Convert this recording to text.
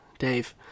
Dave